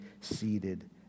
seated